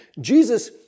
Jesus